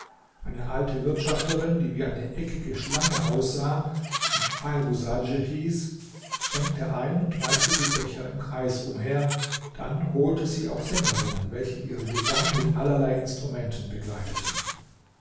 eine alte wirtschafterin die wie eine scheckige schlange aussah und feirusadj hieß schenkte ein und reichte die becher im kreis umher dann holte sie auch sängerinnen welche ihren gesang mit allerlei instrumenten begleiteten